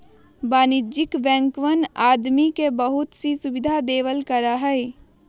वाणिज्यिक बैंकवन आदमी के बहुत सी सुविधा देवल करा हई